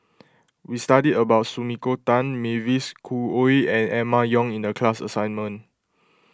we studied about Sumiko Tan Mavis Khoo Oei and Emma Yong in the class assignment